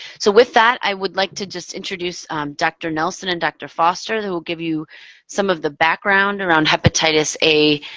so with that, i would like to just introduce dr. nelson and dr. foster who will give you some of the background around hepatitis a